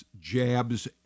jabs